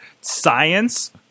science